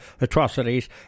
atrocities